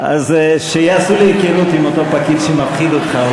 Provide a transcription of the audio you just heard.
אז שיעשו לי היכרות עם אותו פקיד שמפחיד אותך.